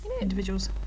individuals